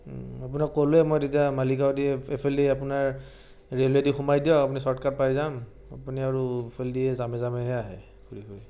আপোনাক ক'লোৱে মই তেতিয়া মালিগাৱেদি এইফালেদি আপোনাৰ ৰেইলৱে দি সোমাই দিয়ক আপুনি শ্বৰ্টকাট পাই যাম আপুনি আৰু এইফালেদিয়ে জামে জামেহে আহে